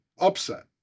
upset